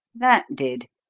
that did.